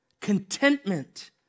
contentment